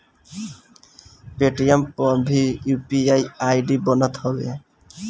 Paytm पअ भी UPI ID बनत हवे